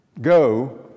go